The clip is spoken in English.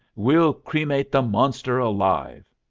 we'll cremate the monster alive!